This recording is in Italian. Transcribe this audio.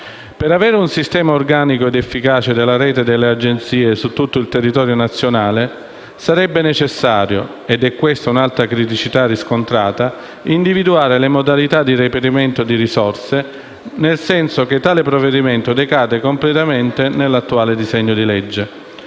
Per avere un sistema organico ed efficace della rete delle Agenzie su tutto il territorio nazionale, sarebbe necessario - e questa è un'altra criticità riscontrata - individuare le modalità di reperimento di risorse, ma il senso di tale provvedimento decade completamente nell'attuale disegno di legge,